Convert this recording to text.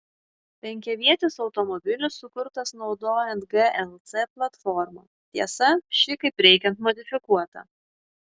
penkiavietis automobilis sukurtas naudojant glc platformą tiesa ši kaip reikiant modifikuota